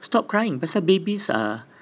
stop crying pasal babies are